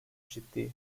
ciddi